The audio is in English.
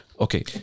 okay